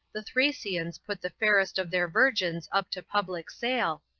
the thracians put the fairest of their virgins up to public sale,